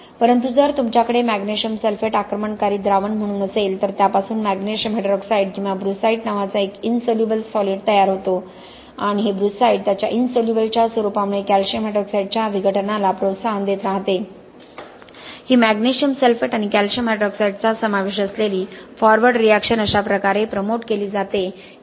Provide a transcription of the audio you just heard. परंतु जर तुमच्याकडे मॅग्नेशियम सल्फेट आक्रमणकारी द्रावण म्हणून असेल तर त्यापासून मॅग्नेशियम हायड्रॉक्साईड किंवा ब्रूसाइट नावाचा एक इनसोल्युबल सॉलिड तयार होतो आणि हे ब्रूसाइट त्याच्या इनसोल्युबल च्या स्वरूपामुळे कॅल्शियम हायड्रॉक्साईडच्या विघटनाला प्रोत्साहन देत राहते ही मॅग्नेशियम सल्फेट आणि कॅल्शियम हायड्रॉक्साईडचा समावेश असलेली फॉरवर्ड रिएक्शन अशा प्रकारे प्रमोट केली जाते की